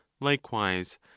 likewise